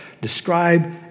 describe